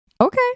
Okay